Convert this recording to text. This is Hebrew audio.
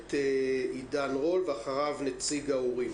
הכנסת עידן רול, אחריו נציג ההורים